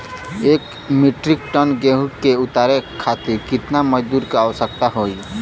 एक metric ton गेहूँ के उतारे खातीर कितना मजदूर क आवश्यकता होई?